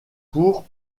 pour